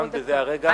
סיימת בזה הרגע.